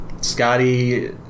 scotty